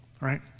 right